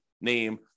name